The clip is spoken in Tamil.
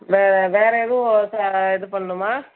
இந்த வேறு எதுவும் இது பண்ணணுமா